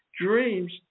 Dreams